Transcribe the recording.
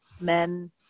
men